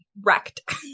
wrecked